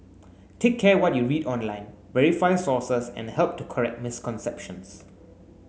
take care what you read online verify sources and help to correct misconceptions